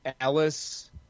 Ellis